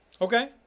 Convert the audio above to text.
okay